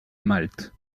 malte